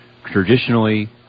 traditionally